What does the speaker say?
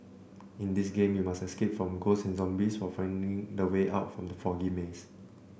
in this game you must escape from ghosts and zombies while finding the way out from the foggy maze